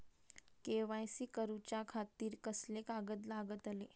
KYC करूच्या खातिर कसले कागद लागतले?